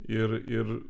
ir ir